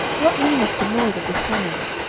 what meaneth the noise of this tumult?